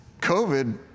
COVID